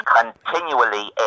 continually